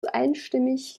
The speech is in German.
einstimmig